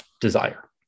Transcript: desire